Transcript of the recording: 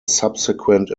subsequent